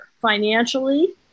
financially